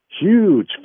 huge